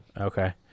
Okay